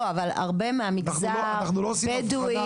לא, אבל הרבה מהמגזר הבדואי.